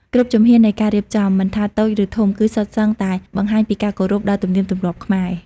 គ្រប់ជំហាននៃការរៀបចំ មិនថាតូចឬធំ គឺសុទ្ធសឹងតែបង្ហាញពីការគោរពដល់ទំនៀមទម្លាប់ខ្មែរ។